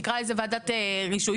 תקרא לזה ועדת רישוי.